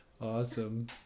Awesome